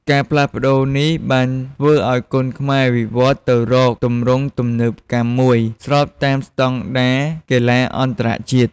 ការផ្លាស់ប្តូរនេះបានធ្វើឱ្យគុនខ្មែរវិវត្តន៍ទៅរកទម្រង់ទំនើបកម្មមួយ ស្របតាមស្តង់ដារកីឡាអន្តរជាតិ។